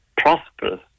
prosperous